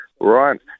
right